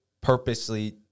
purposely